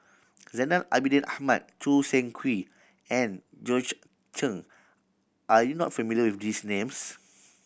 Zainal Abidin Ahmad Choo Seng Quee and Georgette Chen are you not familiar with these names